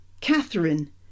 catherine